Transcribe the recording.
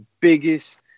biggest